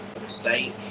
mistake